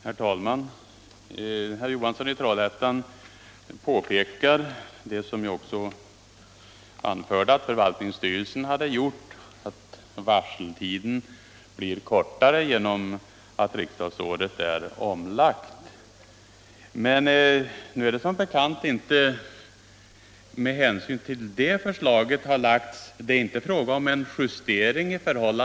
Herr talman! Herr Johansson i Trollhättan påpekar det som: också jag anfört, nämligen att förvaltningsstyrelsen hade åberopat att varseltiden blir kortare genom att riksdagsåret är omlagt. Nu är det framför allt inte av hänsyn till det som en justering görs.